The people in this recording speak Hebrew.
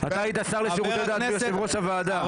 אתה היית שר לשירותי דת ויושב-ראש הוועדה.